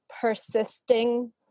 persisting